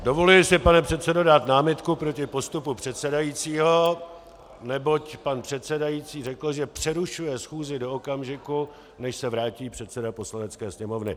Dovoluji si, pane předsedo, dát námitku proti postupu předsedajícího, neboť pan předsedající řekl, že přerušuje schůze do okamžiku, než se vrátí předseda Poslanecké sněmovny.